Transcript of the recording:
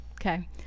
okay